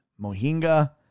Mohinga